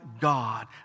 God